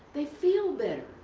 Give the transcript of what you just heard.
they feel better.